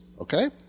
Okay